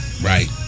Right